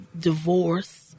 divorce